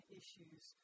issues